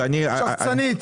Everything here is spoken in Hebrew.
שחצנית.